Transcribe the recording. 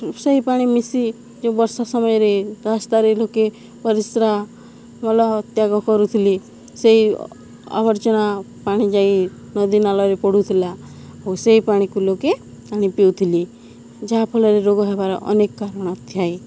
ସେଇ ପାଣି ମିଶି ଯେଉଁ ବର୍ଷା ସମୟରେ ରାସ୍ତାରେ ଲୋକେ ପରିଶ୍ରା ମଳ ତ୍ୟାଗ କରୁଥିଲେ ସେଇ ଆବର୍ଜନା ପାଣି ଯାଇ ନଦୀନାଳରେ ପଡ଼ୁଥିଲା ଓ ସେଇ ପାଣିକୁ ଲୋକେ ଆଣି ପିଉଥିଲେ ଯାହାଫଳରେ ରୋଗ ହେବାର ଅନେକ କାରଣ ଥାଏ